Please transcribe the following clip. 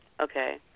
Okay